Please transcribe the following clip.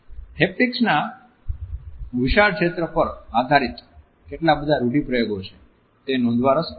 haptics ના વિશાળ ક્ષેત્ર પર આધારિત કેટલાબધા રૂઢિપ્રયોગ છે તે નોંધવા રસપ્રદ છે